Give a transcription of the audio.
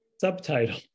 subtitle